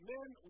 Men